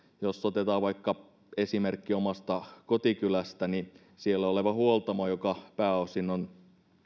jos otetaan esimerkki omasta kotikylästäni niin siellä oleva huoltamo joka pääosin on